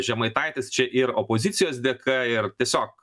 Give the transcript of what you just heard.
žemaitaitis čia ir opozicijos dėka ir tiesiog